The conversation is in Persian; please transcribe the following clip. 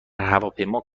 هواپیما